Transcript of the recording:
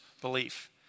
belief